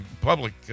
public